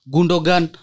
Gundogan